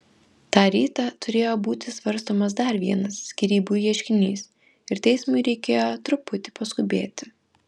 tą rytą turėjo būti svarstomas dar vienas skyrybų ieškinys ir teismui reikėjo truputį paskubėti